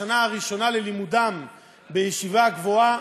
בשנה הראשונה ללימודיהם בישיבה הגבוהה,